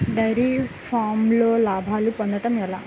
Dairy ఫామ్లో లాభాలు పొందడం ఎలా?